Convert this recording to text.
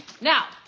Now